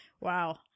wow